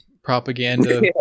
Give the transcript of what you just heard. propaganda